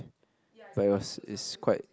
but it was is quite